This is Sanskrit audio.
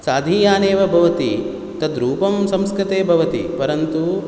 साधीयानेव भवति तद्रूपं संस्कृते भवति परन्तु